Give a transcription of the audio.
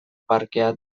parkea